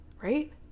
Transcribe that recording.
right